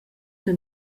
che